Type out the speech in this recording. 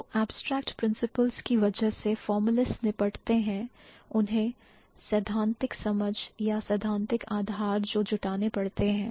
तो abstract principles की वजह से formalists निपटते हैं उन्हें सैद्धांतिक समझ या सैद्धांतिक आधार जो जुटाने पढ़ते हैं